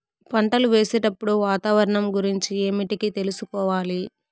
పంటలు వేసేటప్పుడు వాతావరణం గురించి ఏమిటికి తెలుసుకోవాలి?